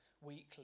weekly